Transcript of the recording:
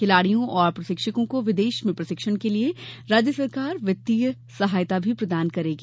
खिलाड़ियों और प्रशिक्षकों को विदेश में प्रशिक्षण के लिये राज्य शासन वित्तीय सहायता भी प्रदान करेगा